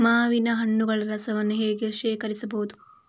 ಮಾವಿನ ಹಣ್ಣುಗಳ ರಸವನ್ನು ಹೇಗೆ ಶೇಖರಿಸಬಹುದು?